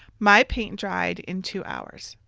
my paint dried in two hours.